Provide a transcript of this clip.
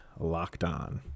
LOCKEDON